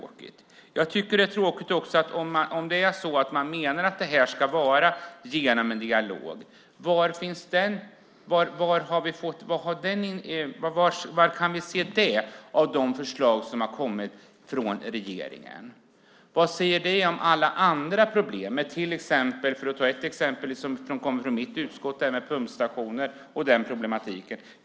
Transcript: Jag tycker att det är tråkigt. Man menar att det här ska ske genom en dialog. Var kan vi se det i de förslag som har kommit från regeringen? Vad säger det om alla andra problem, som exemplet från mitt utskott med pumpstationer?